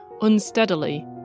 unsteadily